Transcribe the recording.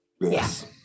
Yes